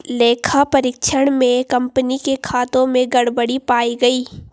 लेखा परीक्षण में कंपनी के खातों में गड़बड़ी पाई गई